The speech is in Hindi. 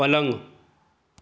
पलंग